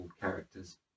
characters